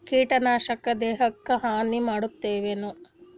ಕೀಟನಾಶಕ ದೇಹಕ್ಕ ಹಾನಿ ಮಾಡತವೇನು?